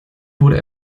wurde